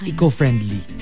Eco-friendly